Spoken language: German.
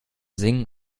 singen